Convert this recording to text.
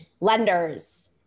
lenders